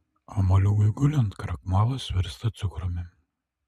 o moliūgui gulint krakmolas virsta cukrumi